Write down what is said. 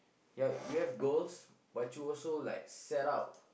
yeah you have goals but you also like set up